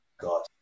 God